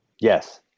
Yes